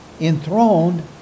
enthroned